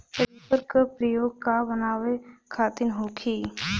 Reaper का प्रयोग का बनावे खातिन होखि?